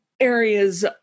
areas